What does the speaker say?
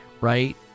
right